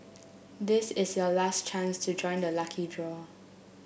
this is your last chance to join the lucky draw